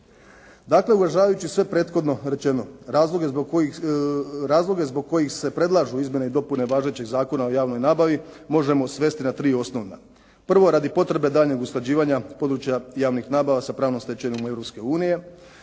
Dakle, uvažavajući sve prethodno rečeno, razloge zbog kojih se predlažu izmjene i dopune važećih Zakona o javnoj nabavi možemo svesti na tri osnovna. Prvo radi potrebe daljnjeg usklađivanja područja javnih nabava sa pravnom stečevinom